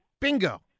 bingo